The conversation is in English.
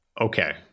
Okay